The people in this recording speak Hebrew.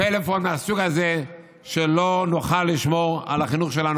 פלאפון מהסוג הזה שלא נוכל לשמור על החינוך שלנו